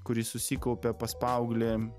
kuri susikaupia pas paauglį